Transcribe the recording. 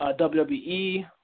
WWE